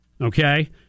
okay